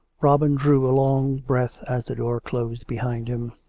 robin drew a long breath as the door closed behind him.